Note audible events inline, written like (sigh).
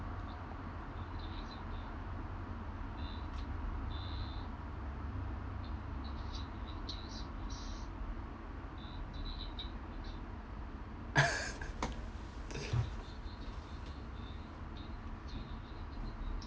(laughs)